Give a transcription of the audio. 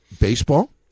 baseball